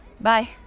bye